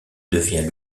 devient